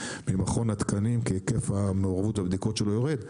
ממכון התקנים כי היקף מעורבות הבדיקות שלו יורד,